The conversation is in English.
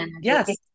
yes